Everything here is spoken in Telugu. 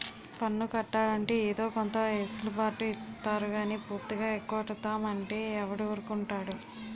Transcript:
పన్ను కట్టాలంటే ఏదో కొంత ఎసులు బాటు ఇత్తారు గానీ పూర్తిగా ఎగ్గొడతాం అంటే ఎవడూరుకుంటాడు